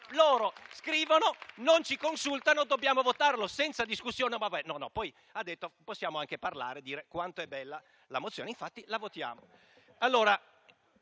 Loro scrivono, non ci consultano e dobbiamo votare senza discussione. Poi si è detto che possiamo anche parlare e dire quanto è bella la mozione e infatti la votiamo.